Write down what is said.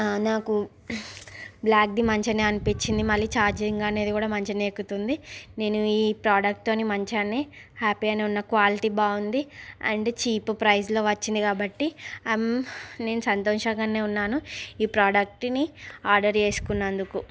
నాకు బ్లాక్ ది మంచినే అనిపించింది ఛార్జింగ్ అనేది మంచినే ఎక్కుతుంది నేను ఈ ప్రొడక్ట్తో మంచాన్ని హ్యాపీగనే ఉన్న క్వాలిటీ బాగుంది అండ్ చీప్ ప్రైస్లో వచ్చింది కాబట్టి ఆమ్ నేను సంతోషంగానే ఉన్నాను ఈ ప్రొడక్ట్ని ఆర్డర్ చేసుకున్నందుకు